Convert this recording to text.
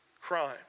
crime